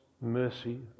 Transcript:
mercy